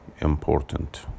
important